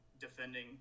defending